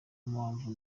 mpamvu